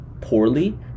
poorly